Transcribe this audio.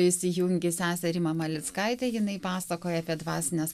įsijungė sesė rima malickaitė jinai pasakoja apie dvasines